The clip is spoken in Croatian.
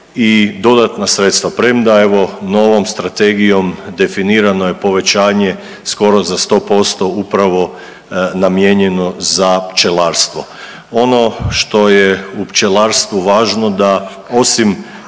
dodatna sredstva premda evo novom strategijom definirano je povećanje skoro za 100% upravo namijenjeno za pčelarstvo. Ono što je u pčelarstvu važno da osim